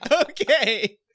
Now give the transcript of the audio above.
Okay